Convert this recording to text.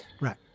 Right